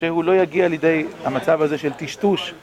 שהוא לא יגיע לידי המצב הזה של טשטוש